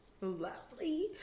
lovely